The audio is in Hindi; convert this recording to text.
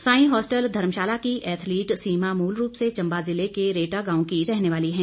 सांईं हॉस्टल धर्मशाला की एथलिट सीमा मूलरूप से चंबा ज़िला का रेटा गांव की रहने वाली है